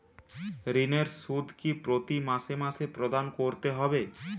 ঋণের সুদ কি প্রতি মাসে মাসে প্রদান করতে হবে?